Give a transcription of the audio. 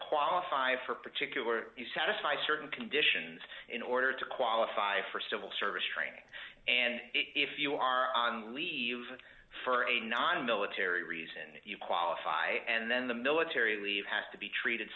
qualify for particular you satisfy certain conditions in order to qualify for civil service training and if you are on leave for a nonmilitary reason if you qualify and then the military leave has to be treated